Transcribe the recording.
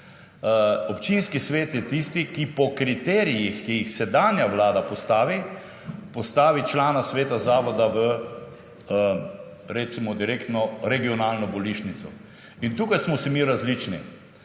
Občinski svet je tisti, ki po kriterijih, ki jih sedanja vlada postavi, postavi člana sveta zavoda v, recimo direktno, regionalno bolnišnico. In tukaj smo si mi različni.